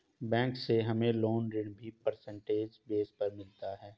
bank से हमे loan ऋण भी परसेंटेज बेस पर मिलता है